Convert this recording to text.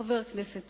חבר כנסת עוזב,